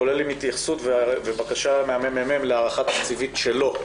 כולל התייחסות ובקשה מהממ"מ להארכה תקציבית שלו.